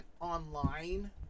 online